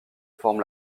forme